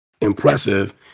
impressive